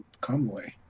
convoy